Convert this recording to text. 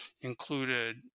included